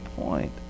point